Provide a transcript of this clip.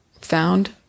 found